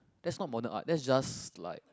that's not modern art that is just like